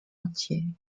entier